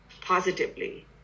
positively